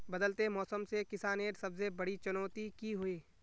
बदलते मौसम से किसानेर सबसे बड़ी चुनौती की होय?